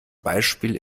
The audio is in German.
beispiel